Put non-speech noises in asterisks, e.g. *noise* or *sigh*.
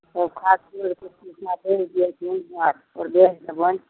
ओ खाद *unintelligible* बढ़ि देबनि